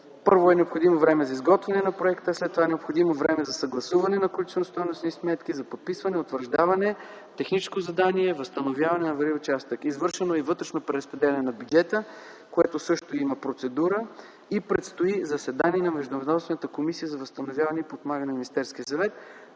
Първо е необходимо време за изготвяне на проекта, а след това е необходимо време за съгласуване на количествено-стойностни сметки, за подписване, утвърждаване, техническо задание, възстановяване на авариралия участък. Извършено е и вътрешно преразпределяне на бюджета, за което също има процедура и предстои заседание на Междуведомствената комисия за възстановяване и подпомагане към Министерския съвет.